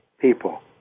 people